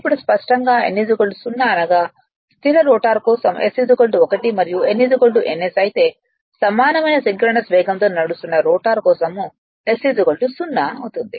ఇప్పుడు స్పష్టంగా n 0 అనగా స్థిర రోటర్ కోసం s 1 మరియు n n s అయితే సమానమైన సింక్రోనస్ వేగంతో నడుస్తున్న రోటర్ కోసం s 0 అవుతుంది